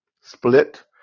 Split